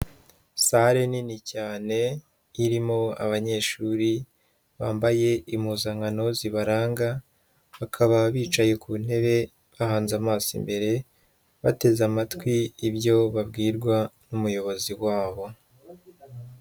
Sare nini cyane irimo abanyeshuri bambaye impuzankano zibaranga, bakaba bicaye ku ntebe bahanze amaso imbere, bateze amatwi ibyo babwirwa n'umuyobozi wabo.